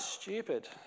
Stupid